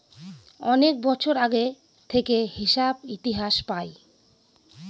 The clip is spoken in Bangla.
অনেক বছর আগে থেকে হিসাব ইতিহাস পায়